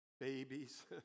babies